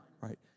right